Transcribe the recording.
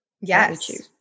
Yes